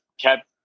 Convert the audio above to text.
kept